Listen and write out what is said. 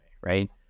right